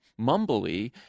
mumbly